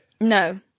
No